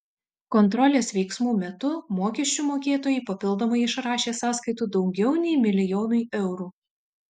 kontrolės veiksmų metu mokesčių mokėtojai papildomai išrašė sąskaitų daugiau nei milijonui eurų